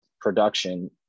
production